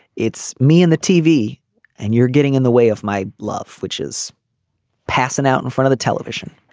it's me and the tv and you're getting in the way of my love which is passing out in front of the television.